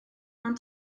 ond